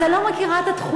אז אני לא מכירה את התחושה,